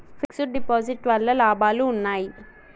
Fix డ్ deposit వల్ల లాభాలు ఉన్నాయి?